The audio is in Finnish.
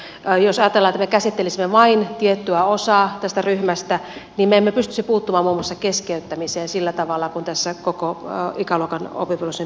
jos ajatellaan että me käsittelisimme vain tiettyä osaa tästä ryhmästä niin me emme pystyisi puuttumaan muun muassa keskeyttämiseen sillä tavalla kuin tässä koko ikäluokan oppivelvollisuuden pidentämisessä on tarkoitus